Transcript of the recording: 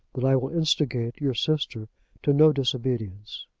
that i will instigate your sister to no disobedience.